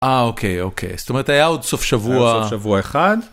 אה אוקיי אוקיי, זאת אומרת היה עוד סוף שבוע, היה עוד סוף שבוע אחד.